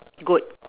good